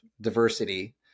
diversity